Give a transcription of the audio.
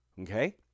Okay